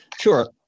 Sure